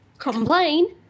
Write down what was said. Complain